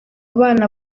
bana